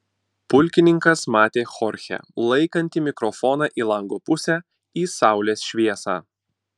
pulkininkas matė chorchę laikantį mikrofoną į lango pusę į saulės šviesą